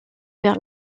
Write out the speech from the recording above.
vers